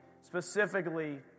specifically